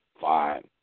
Fine